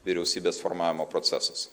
vyriausybės formavimo procesas